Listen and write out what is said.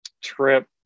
trip